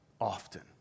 Often